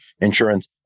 insurance